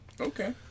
Okay